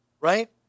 Right